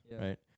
right